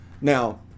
Now